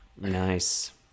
nice